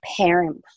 parent